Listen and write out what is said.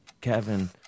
Kevin